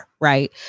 right